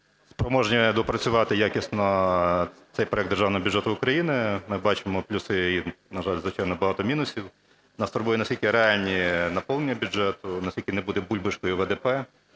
спроможні доопрацювати якісно цей проект Державного бюджету України. Ми бачимо плюси і, на жаль, звичайно, багато мінусів. Нас турбує, наскільки реальні наповнення бюджету, наскільки не буде бульбашкою ОВДП,